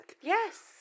Yes